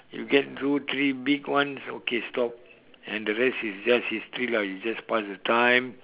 you get two three big ones okay stop and the rest is just history lah you just pass the time